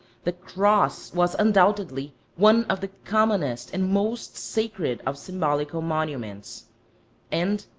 the cross was undoubtedly one of the commonest and most sacred of symbolical monuments and,